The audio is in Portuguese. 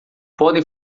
podem